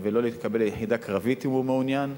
לא יתקבל ליחידה קרבית אם הוא מעוניין,